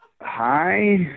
hi